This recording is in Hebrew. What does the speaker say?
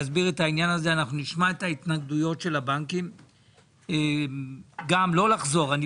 אנחנו נשמע את ההתנגדויות של הבנקים ואני מבקש לא לחזור על הדברים.